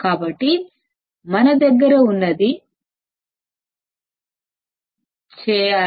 కాబట్టి మన దగ్గర ఉన్నది చేయాలా